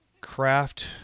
Craft